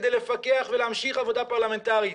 כדי לפקח ולהמשיך עבודה פרלמנטרית.